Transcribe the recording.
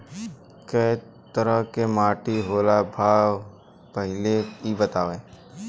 कै तरह के माटी होला भाय पहिले इ बतावा?